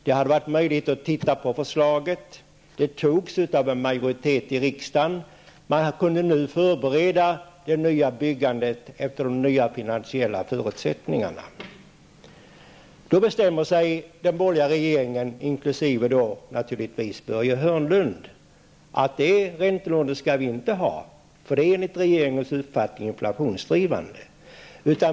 Det hade varit möjligt att titta på förslaget, och det antogs av en majoritet i riksdagen. Nu kunde det nya byggandet förberedas efter de nya finansiella förutsättningarna. Sedan bestämmer sig den borgerliga regeringen, naturligtvis inklusive Börje Hörnlund, att räntelånesystemet inte skall behållas. Det är enligt regeringens uppfattning inflationsdrivande.